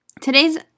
Today's